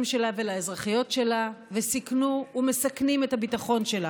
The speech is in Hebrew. שלה ולאזרחיות שלה וסיכנו ומסכנים את הביטחון שלה.